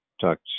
talked